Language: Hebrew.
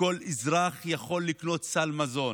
שכל אזרח יוכל לקנות סל מזון.